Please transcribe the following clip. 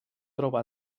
troba